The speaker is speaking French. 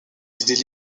idées